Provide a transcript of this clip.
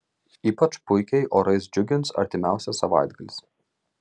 ypač puikiai orais džiugins artimiausias savaitgalis